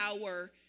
power